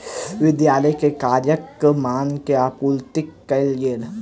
विद्यालय के कागजक मांग के आपूर्ति कयल गेल